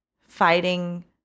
fighting